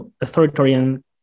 authoritarian